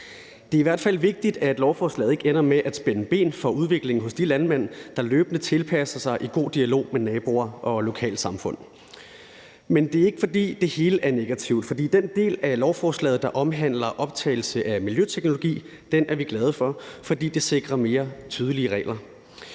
Det er i hvert fald vigtigt, at lovforslaget ikke ender med at spænde ben for udviklingen hos de landmænd, der løbende tilpasser sig i god dialog med naboer og lokalsamfund. Men det er ikke, fordi det hele er negativt. For den del af lovforslaget, der omhandler optagelse af miljøteknologi, er vi glade for, fordi det sikrer mere tydelige regler.